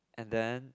and then